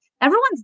Everyone's